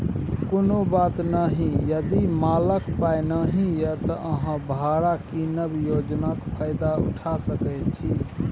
कुनु बात नहि यदि मालक पाइ नहि यै त अहाँ भाड़ा कीनब योजनाक फायदा उठा सकै छी